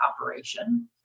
operation